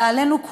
ועלינו,